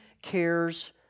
cares